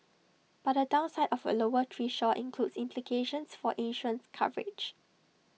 but the downside of A lower threshold includes implications for insurance coverage